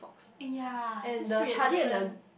!aiya! just read a different